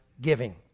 giving